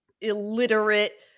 illiterate